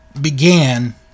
began